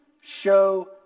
show